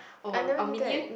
I never knew that